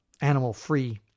animal-free